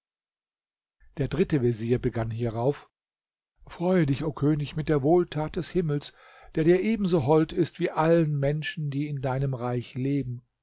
der dritte vezier begann hierauf freue dich o könig mit der wohltat des himmels der dir ebenso hold ist wie allen menschen die in deinem reich leben